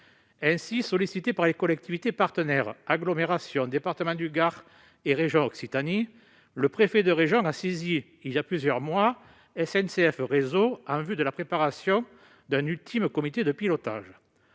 Ainsi, sollicité par les collectivités partenaires- communauté d'agglomération, département du Gard et région Occitanie -, le préfet de région a saisi SNCF Réseau, il y a plusieurs mois, en vue de la préparation d'un ultime comité de pilotage.